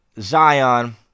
Zion